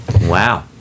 Wow